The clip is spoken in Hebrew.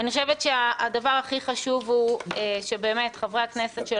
אני חושבת שהדבר הכי חשוב הוא שבאמת חברי הכנסת של